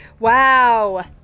Wow